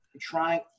trying